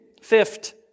Fifth